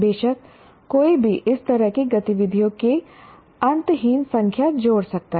बेशक कोई भी इस तरह की गतिविधियों की अंतहीन संख्या जोड़ सकता है